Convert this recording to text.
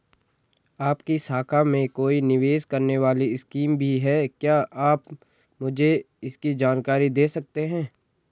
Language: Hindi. आपकी शाखा में कोई निवेश करने वाली स्कीम भी है क्या आप मुझे इसकी जानकारी दें सकते हैं?